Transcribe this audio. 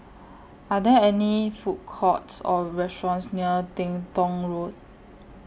Are There any Food Courts Or restaurants near Teng Tong Road